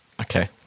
Okay